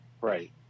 Right